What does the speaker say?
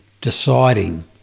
deciding